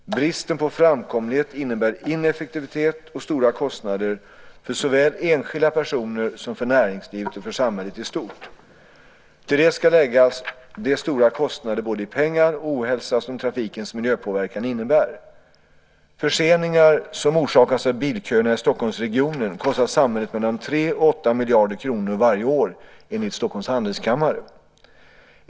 Bristen på framkomlighet innebär ineffektivitet och stora kostnader för såväl enskilda personer som för näringslivet och för samhället i stort. Till det ska läggas de stora kostnader både i pengar och ohälsa som trafikens miljöpåverkan innebär. Förseningar som orsakas av bilköerna i Stockholmsregionen kostar samhället mellan 3 och 8 miljarder kronor varje år enligt Stockholms Handelskammare.